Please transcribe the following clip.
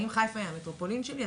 האם חיפה היא המטרופולין שלי?